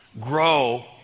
Grow